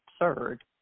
absurd